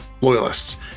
loyalists